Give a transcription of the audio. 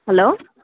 hello